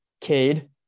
Cade